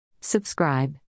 Subscribe